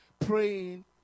Praying